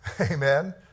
amen